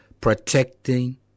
protecting